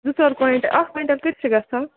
زٕ ژور کویِنٹ اَکھ کویِنٹَل کۭتِس چھُ گژھان